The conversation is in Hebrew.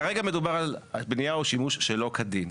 כרגע מדובר על בנייה או שימשו שלא כדין.